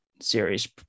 series